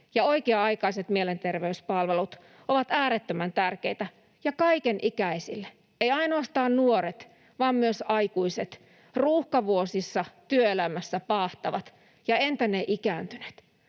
oikea-aikaiset mielenterveyspalvelut ovat äärettömän tärkeitä — ja kaikenikäisille. Ei ainoastaan nuoret vaan myös aikuiset, ruuhkavuosissa, työelämässä paahtavat, ja entä ne ikääntyneet?